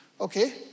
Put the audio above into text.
okay